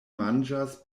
manĝas